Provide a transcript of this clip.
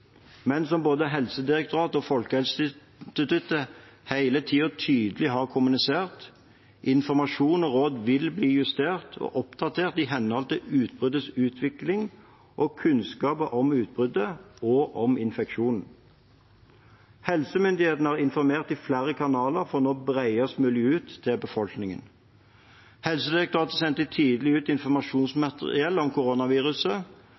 Men som både Helsedirektoratet og Folkehelseinstituttet hele tiden tydelig har kommunisert: Informasjon og råd vil bli justert og oppdatert i henhold til utbruddets utvikling og kunnskap om utbruddet og infeksjonen. Helsemyndighetene har informert i flere kanaler for å nå bredest mulig ut til befolkningen. Helsedirektoratet sendte tidlig ut informasjonsmateriell om koronaviruset